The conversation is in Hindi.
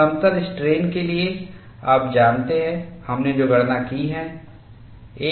समतल स्ट्रेन के लिए आप जानते हैं हमने जो गणना की है